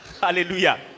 Hallelujah